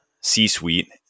C-suite